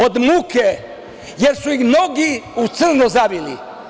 Od muke, jer su ih mnogi u crno zavili.